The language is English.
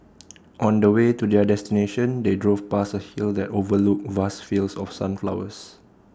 on the way to their destination they drove past A hill that overlooked vast fields of sunflowers